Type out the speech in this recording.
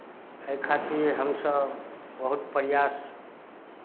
एहि खातिर हमसभ बहुत प्रयास